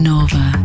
Nova